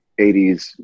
80s